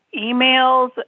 emails